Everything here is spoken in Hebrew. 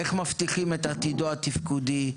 איך מבטיחים את עתידו התפקודי,